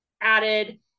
added